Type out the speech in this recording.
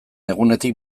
egunetik